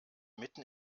mitten